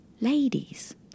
Ladies